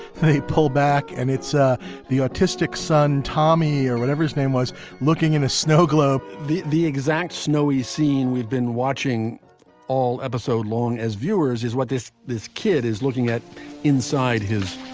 they pull back and it's ah the autistic son, tommy or whatever his name was looking in a snow globe the the exact snowy scene we've been watching all episode long as viewers is what this this kid is looking at inside his